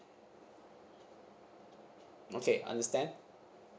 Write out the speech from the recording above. okay understand